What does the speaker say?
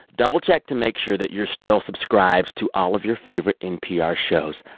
double check to make sure that you're still subscribed to all of your favorite npr shows,